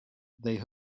they